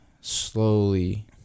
slowly